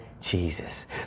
jesus